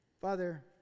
Father